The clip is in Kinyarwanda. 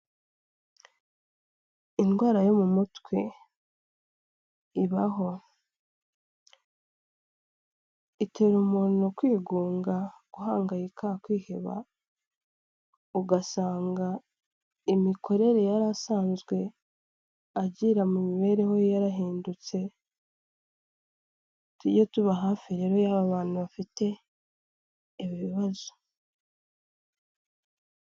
Indwara yo mu mutwe, ibaho, itera umuntu kwigunga, guhangayika, kwiheba, ugasanga imikorere yari asanzwe agira mu mibereho ye yarahindutse, tujye tuba hafi rero y'aba bantu bafite ibi bibazo.